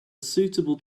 suitable